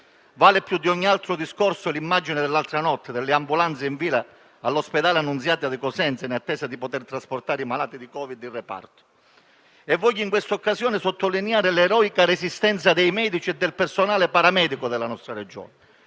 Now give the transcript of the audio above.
Vale più di ogni altro discorso l'immagine dell'altra notte, con le ambulanze in fila all'Ospedale civile dell'Annunziata di Cosenza in attesa di poter trasportare i malati di Covid in reparto. Voglio in questa occasione sottolineare l'eroica resistenza dei medici e del personale paramedico della nostra Regione.